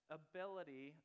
ability